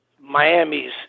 Miami's